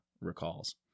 recalls